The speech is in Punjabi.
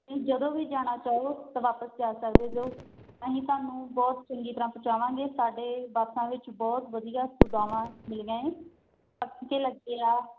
ਜਦੋਂ ਵੀ ਜਾਣਾ ਚਾਹੋ ਤਾਂ ਵਾਪਸ ਜਾ ਸਕਦੇ ਜੋ ਅਸੀਂ ਤੁਹਾਨੂੰ ਬਹੁਤ ਚੰਗੀ ਤਰਾਂ ਪਹੁੰਚਾਵਾਂਗੇ ਸਾਡੇ ਬੱਸਾਂ ਵਿੱਚ ਬਹੁਤ ਵਧੀਆ ਸੁਵਿਧਾਵਾਂ ਮਿਲਦੀਆਂ ਹੈ ਲੱਗੇ ਆ